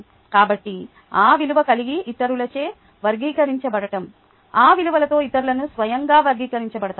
కాబట్టి ఆ విలువ కలిగిన ఇతరులచే వర్గీకరించబడటం ఆ విలువతో ఇతరులు స్వయంగా వర్గీకరించబడతారు